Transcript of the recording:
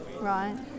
right